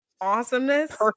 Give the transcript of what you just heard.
awesomeness